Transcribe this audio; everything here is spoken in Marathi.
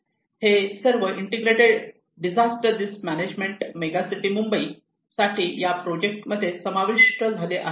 हे सर्व integrated disaster risk management megacity Mumbai साठी या प्रोजेक्टमध्ये समाविष्ट झालेले आहेत